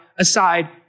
aside